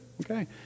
Okay